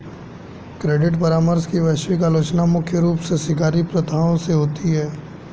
credit परामर्श की वैश्विक आलोचना मुख्य रूप से शिकारी प्रथाओं से होती है